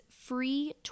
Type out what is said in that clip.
free